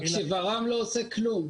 ור"מ לא עושה כלום.